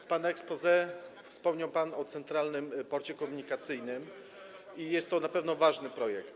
W swoim exposé wspomniał pan o Centralnym Porcie Komunikacyjnym i jest to na pewno ważny projekt.